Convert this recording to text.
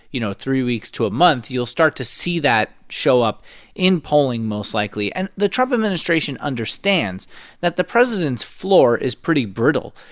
you know, three weeks to a month, you'll start to see that show up in polling most likely and the trump administration understands that the president's floor is pretty brutal.